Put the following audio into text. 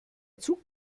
zug